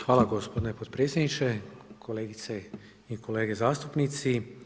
Hvala gospodine potpredsjedniče, kolegice i kolege zastupnici.